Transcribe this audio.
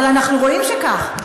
אבל אנחנו רואים שכך.